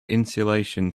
insulation